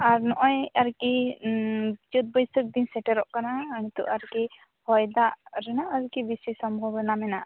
ᱟᱨ ᱱᱚᱜᱼᱚᱭ ᱟᱨᱠᱤ ᱪᱟᱹᱛ ᱵᱟᱹᱭᱥᱟᱹᱠᱷ ᱫᱤᱱ ᱥᱮᱴᱮᱨᱚᱜ ᱠᱟᱱᱟ ᱱᱤᱛᱳᱜ ᱟᱨᱠᱤ ᱦᱚᱭᱫᱟᱜ ᱨᱮᱱᱟᱜ ᱟᱨᱠᱤ ᱵᱤᱥᱤ ᱥᱚᱢᱵᱷᱚᱵᱚᱱᱟ ᱢᱮᱱᱟᱜᱼᱟ